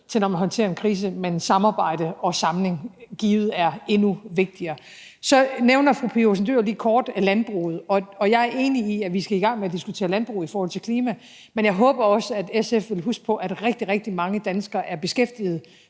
med, når man skal håndtere en krise, men at samarbejde og samling givet er endnu vigtigere. Så nævner fru Pia Olsen Dyhr lige kort landbruget. Jeg er enig i, at vi skal i gang med at diskutere landbrug i forhold til klima, men jeg håber også, at SF vil huske på, at rigtig, rigtig mange danskere er beskæftigede